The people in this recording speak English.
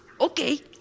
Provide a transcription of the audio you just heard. okay